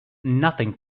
nothing